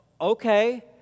okay